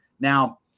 Now